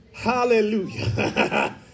Hallelujah